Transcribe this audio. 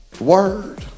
Word